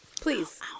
Please